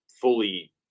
fully